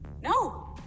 No